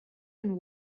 and